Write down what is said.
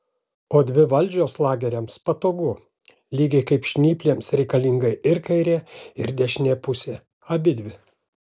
o dvi valdžios lageriams patogu lygiai kaip žnyplėms reikalinga ir kairė ir dešinė pusė abidvi